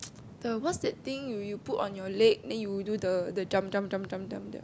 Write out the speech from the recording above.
the what's that thing you you put on your leg then you do the the jump jump jump jump jump